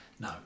No